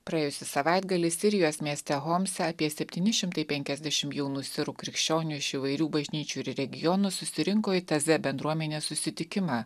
praėjusį savaitgalį sirijos mieste homse apie septyni šimtai penkiasdešim jaunų sirų krikščionių iš įvairių bažnyčių ir regionų susirinko į taze bendruomenės susitikimą